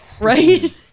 Right